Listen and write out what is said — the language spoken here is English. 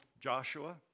Joshua